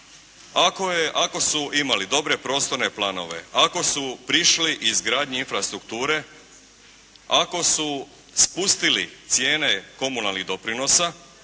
Ako su imali dobre prostorne planove, ako su prišli izgradnji infrastrukture, ako su spustili cijene komunalnih doprinosa,